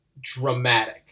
dramatic